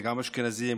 גם אשכנזים,